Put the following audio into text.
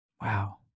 Wow